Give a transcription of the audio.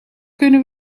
kunnen